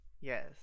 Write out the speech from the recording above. Yes